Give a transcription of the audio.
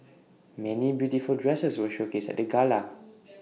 many beautiful dresses were showcased at the gala